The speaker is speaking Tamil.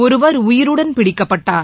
ஒருவர் உயிருடன் பிடிக்கப்பட்டார்